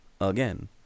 again